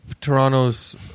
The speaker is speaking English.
Toronto's